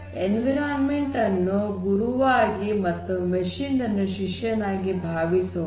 environment ಅನ್ನು ಗುರುವಾಗಿ ಮತ್ತು ಮಷೀನ್ ಅನ್ನು ಶಿಷ್ಯ ನಾಗಿ ಭಾವಿಸೋಣ